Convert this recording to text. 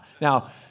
Now